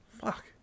Fuck